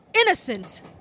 innocent